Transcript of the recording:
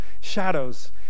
shadows